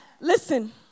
Listen